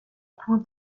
points